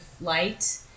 light